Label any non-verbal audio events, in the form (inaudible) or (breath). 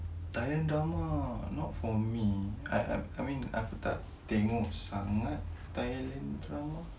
thailand drama not for me I mean aku tak tengok sangat thailand drama (breath)